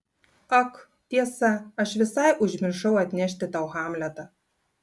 ak tiesa aš visai užmiršau atnešti tau hamletą